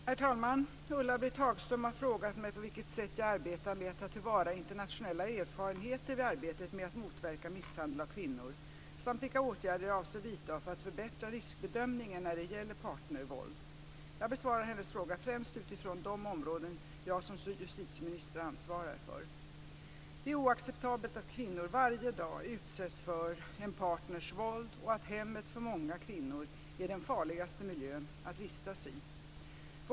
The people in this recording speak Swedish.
Herr talman! Ulla-Britt Hagström har frågat mig på vilket sätt jag arbetar med att ta till vara internationella erfarenheter vid arbetet med att motverka misshandel av kvinnor, samt vilka åtgärder jag avser vidta för att förbättra riskbedömningen när det gäller partnervåld. Jag besvarar hennes fråga främst utifrån de områden jag som justitieminister ansvarar för. Det är oacceptabelt att kvinnor varje dag utsätts för en partners våld och att hemmet för många kvinnor är den farligaste miljön att vistas i.